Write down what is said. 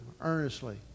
earnestly